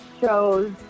shows